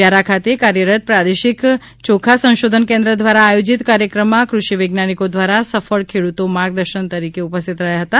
વ્યારા ખાતે કાર્યરત પ્રાદેશિક યોખા સંશોધન કેન્દ્ર દ્વારા આયોજિત કાર્યક્રમમાં કૃષિ વૈજ્ઞાનિકો તથા સફળ ખેડૂતો માર્ગદર્શન તરીકે ઉપસ્થિત હતા